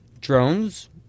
drones